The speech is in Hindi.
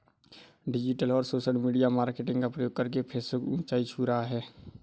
डिजिटल और सोशल मीडिया मार्केटिंग का प्रयोग करके फेसबुक ऊंचाई छू रहा है